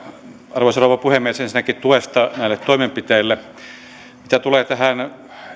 arvoisa rouva puhemies kiitoksia ensinnäkin tuesta näille toimenpiteille mitä tulee tähän